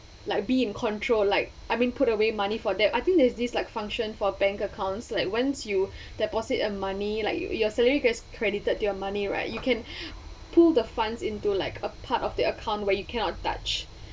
like be in control like I've been put away money for debt I think there's this like function for bank accounts like once you deposit a money like salary gets credited to your money right you can pull the funds into like a part of the account where you cannot touch